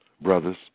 brothers